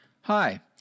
Hi